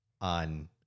on